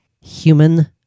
human